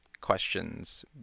questions